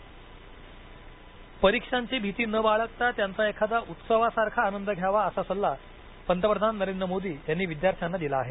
पुरीक्षा पे चर्चा परीक्षांची भीती न बाळगता त्यांचा एखाद्या उत्सवासारखा आनंद घ्यावा असा सल्ला पंतप्रधान नरेंद्र मोदी यांनी विद्यार्थ्यांना दिला आहे